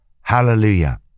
Hallelujah